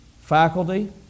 faculty